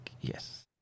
yes